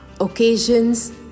occasions